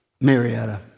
Marietta